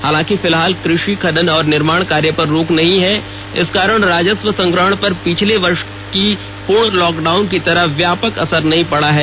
हालांकि फिलहाल कृषि खनन और निर्माण कार्य पर रोक नहीं है इस कारण राजस्व संग्रहण पर पिछले वर्ष के पूर्ण लॉकडाउन की तरह व्यापक असर नहीं पड़ा हैं